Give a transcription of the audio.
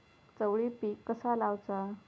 चवळी पीक कसा लावचा?